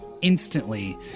instantly